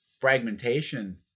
fragmentation